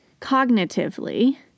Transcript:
Cognitively